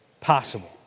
possible